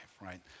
right